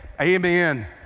amen